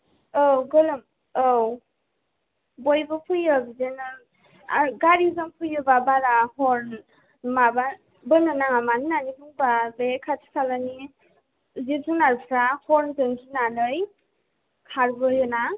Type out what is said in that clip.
औ औ बयबो फैयो बिदिनो आरो गारिजों फैयो बा बारा हर माबा दोननो नाङा मानो होननानै बुङो बा बे खाथि खालानि जिब जुनारफ्रा ह'रन जों गिनानै खारबोयोना